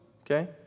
okay